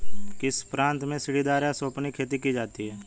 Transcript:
किस प्रांत में सीढ़ीदार या सोपानी खेती की जाती है?